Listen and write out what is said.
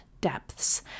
depths